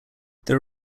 there